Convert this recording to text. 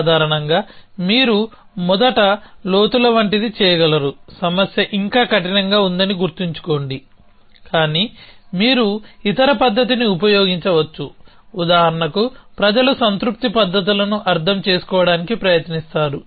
సాధారణంగా మీరు మొదట లోతుల వంటిది చేయగలరు సమస్య ఇంకా కఠినంగా ఉందని గుర్తుంచుకోండి కానీ మీరు ఇతర పద్ధతిని ఉపయోగించవచ్చు ఉదాహరణకు ప్రజలు సంతృప్తి పద్ధతులను అర్థం చేసుకోవడానికి ప్రయత్నిస్తారు